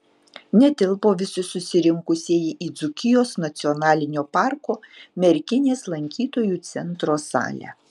netilpo visi susirinkusieji į dzūkijos nacionalinio parko merkinės lankytojų centro salę